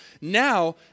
now